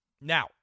Now